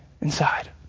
inside